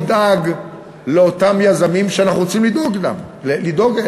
נדאג לאותם יזמים שאנחנו רוצים לדאוג להם,